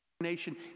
nation